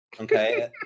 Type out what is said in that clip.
Okay